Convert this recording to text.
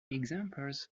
examples